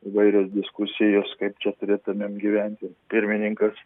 įvairios diskusijos kaip čia turėtumėm gyventi pirmininkas